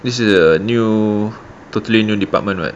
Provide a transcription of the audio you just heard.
this is a new totally new department [what]